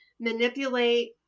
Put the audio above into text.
manipulate